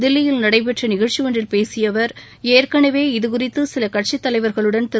தில்லியில் நடைபெற்ற நிகழ்ச்சி ஒன்றில் பேசிய அவர் ஏற்கனவே இதுகுறித்து சில கட்சித் தலைவர்களுடன் திரு